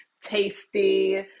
tasty